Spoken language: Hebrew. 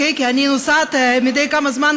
כי אני נוסעת מדי כמה זמן,